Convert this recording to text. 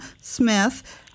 Smith